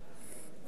אדוני היושב-ראש,